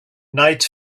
night